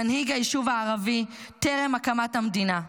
מנהיג היישוב הערבי טרם הקמת המדינה,